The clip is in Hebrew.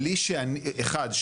בלי שאחד,